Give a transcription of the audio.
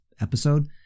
episode